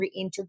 reintegrate